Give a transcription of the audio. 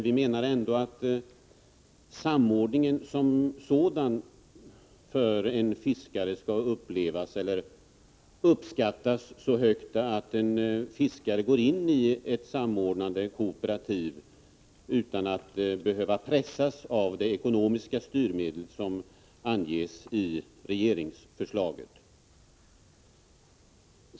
Vi anser ändå att en samordning skall vara sådan att den av fiskaren uppskattas så högt att han kan gå in i ett kooperativ utan att behöva pressas av de ekonomiska styrmedel som anges i regeringsförslaget.